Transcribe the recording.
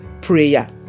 prayer